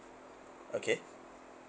okay